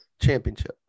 Championship